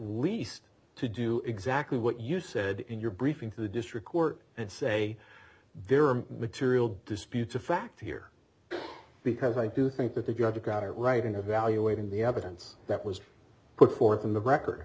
least to do exactly what you said in your briefing to the district court and say there are material disputes a fact here because i do think that if you have got it right in evaluating the evidence that was put forth in the record